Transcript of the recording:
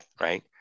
right